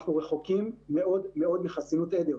אנחנו רחוקים מאוד מאוד מחסינות עדר,